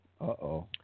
Uh-oh